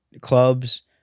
clubs